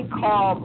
call